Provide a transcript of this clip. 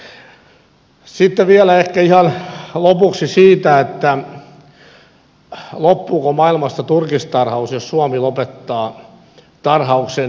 sitten vielä ehkä ihan lopuksi siitä loppuuko maailmasta turkistarhaus jos suomi lopettaa tarhauksen